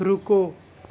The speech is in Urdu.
رکو